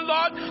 Lord